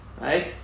Right